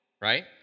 right